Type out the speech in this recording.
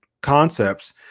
concepts